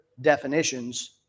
definitions